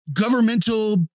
governmental